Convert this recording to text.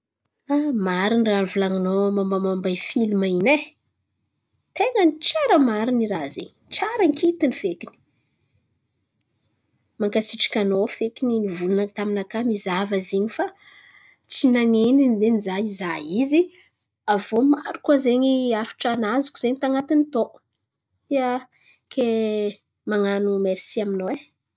Marin̈y raha volan̈inao mombamomba i filma iny e. ten̈a ny tsara marin̈y i raha zen̈y tsara ankitin̈y fekiny. Mankasitraka anao fekiny nivolan̈a taminakà mizahava izy in̈y fa tsy nanen̈iny zen̈y za nizaha izy. Aviô maro koa zen̈y hafatra nazoko zen̈y tan̈atiny tao. Ia, ke man̈ano mersy aminao e.